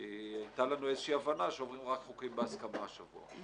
כי הייתה לנו איזושהי הבנה שעוברים רק חוקים בהסכמה השבוע.